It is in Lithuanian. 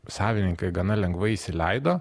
savininkai gana lengvai įsileido